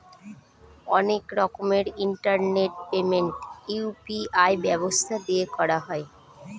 অনেক রকমের internet payment UPI ব্যবস্থা দিয়ে করা হয়